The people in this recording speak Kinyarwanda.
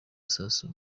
sassou